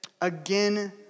Again